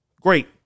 great